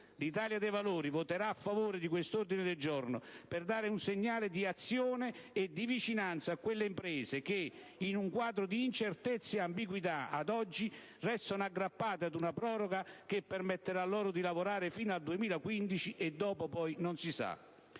L'Italia dei Valori voterà a favore di questo ordine del giorno per dare un segnale di azione e di vicinanza a quelle imprese che, in un quadro di incertezza e ambiguità, ad oggi restano aggrappate ad una proroga che permetterà loro di lavorare fino al 2015 e dopo non si sa.